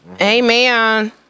Amen